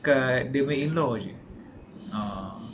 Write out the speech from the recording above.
kat dia punya in-law jer